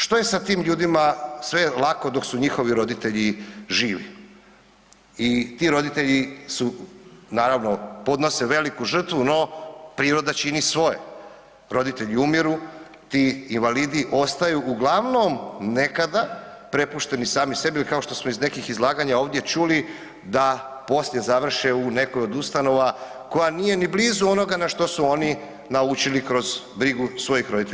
Što je sa tim ljudima, sve je lako dok su njihovi roditelji živi i ti roditelji su, naravno podnose veliku žrtvu, no priroda čini svoje, roditelji umiru, ti invalidi ostaju uglavnom nekada prepušteni sami sebi ili kao što smo iz nekih izlaganja ovdje čuli da poslije završe u nekoj od ustanova koja nije ni blizu onoga na što su oni naučili kroz brigu svojih roditelja.